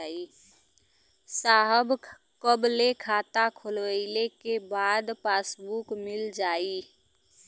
साहब कब ले खाता खोलवाइले के बाद पासबुक मिल जाई?